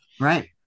Right